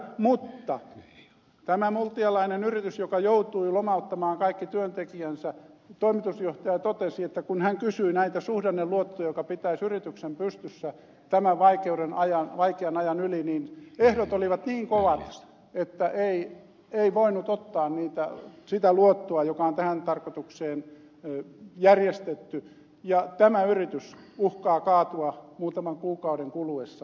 mutta tämän multialaisen yrityksen joka joutui lomauttamaan kaikki työntekijänsä toimitusjohtaja totesi että kun hän kysyi näitä suhdanneluottoja jotka pitäisivät yrityksen pystyssä tämän vaikean ajan yli niin ehdot olivat niin kovat että ei voinut ottaa sitä luottoa joka on tähän tarkoitukseen järjestetty ja tämä yritys uhkaa kaatua muutaman kuukauden kuluessa